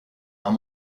are